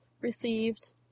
received